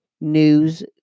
news